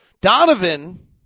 Donovan